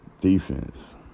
defense